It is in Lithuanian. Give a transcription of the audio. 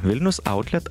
vilnius autlet